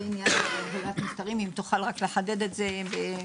אם תוכל לחדד את זה.